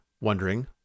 wondering